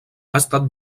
estat